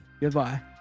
Goodbye